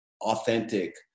authentic